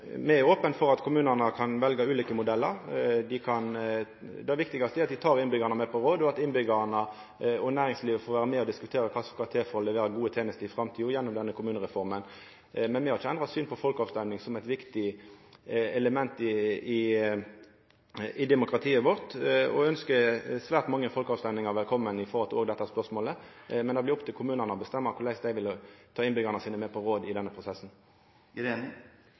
Me er opne for at kommunane kan velja ulike modellar. Det viktigaste er at dei tek innbyggjarane med på råd, og at innbyggjarane og næringslivet får vera med og diskutera kva som skal til for å levera gode tenester i framtida gjennom denne kommunereforma. Men me har ikkje endra synet på folkeavstemming som eit viktig element i demokratiet vårt og ønskjer svært mange folkeavstemmingar velkomne òg i dette spørsmålet, men det blir opp til kommunane å bestemma korleis dei vil ta innbyggjarane sine med på råd i denne prosessen.